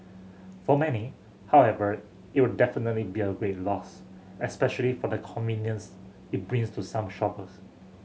for many however it will definitely be a great loss especially for the convenience it brings to some shoppers